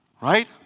Right